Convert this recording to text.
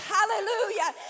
Hallelujah